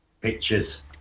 pictures